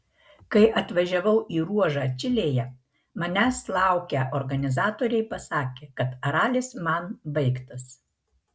kai atvažiavau į ruožą čilėje manęs laukę organizatoriai pasakė kad ralis man baigtas